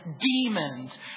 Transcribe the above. demons